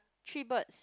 three birds